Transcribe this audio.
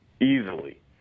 Easily